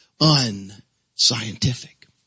unscientific